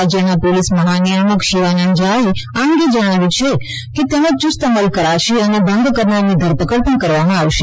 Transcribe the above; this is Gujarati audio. રાજ્યના પોલીસ મહાનિયામક શિવાનંદ જહાએ આ અંગે જણાવ્યુ કે તેનો યુસ્ત અમલ કરાશે અને ભંગ કરનારની ધરપકડ કરવામાં આવશે